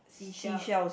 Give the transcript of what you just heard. seashell